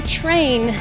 train